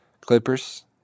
Clippers